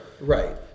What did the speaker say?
right